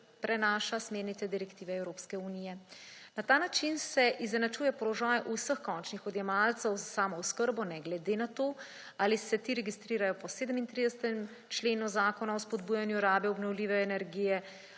prenaša smernice direktive Evropske unije. Na ta način se izenačuje položaj vseh končnih odjemalcev s samooskrbo ne glede na to ali se ti registrirajo po 37. členu Zakona o spodbujanju rabe obnovljive energije